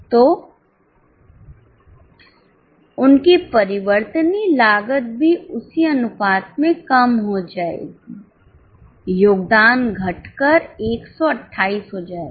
तो उनकी परिवर्तनीय लागत भी उसी अनुपात में कम हो जाएगी योगदान घटकर 128 हो जाएगा